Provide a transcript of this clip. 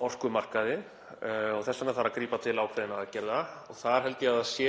Þess vegna þarf að grípa til ákveðinna aðgerða og þar held ég að sé